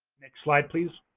next slide, please.